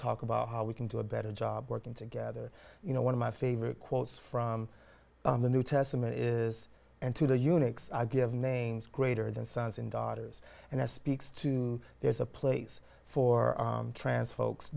talk about how we can do a better job working together you know one of my favorite quotes from the new testament is and to the eunuchs i give names greater than sons and daughters and that speaks to there's a place for tran